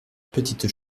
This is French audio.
petite